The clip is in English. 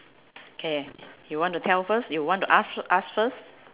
K you want to tell first you want to ask ask first